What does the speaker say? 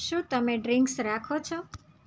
શું તમે ડ્રીંક્સ રાખો છો